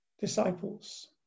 disciples